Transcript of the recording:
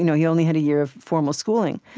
you know he only had a year of formal schooling.